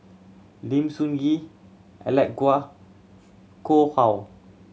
Lim Sun Gee Alec Kuok Koh How